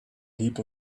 heap